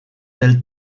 del